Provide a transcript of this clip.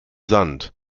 sand